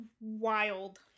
wild